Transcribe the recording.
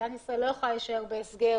מדינת ישראל לא תישאר בסגר